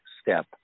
step